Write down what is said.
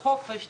להורים חופש,